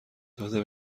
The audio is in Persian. داده